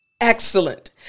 Excellent